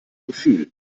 gefühl